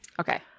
okay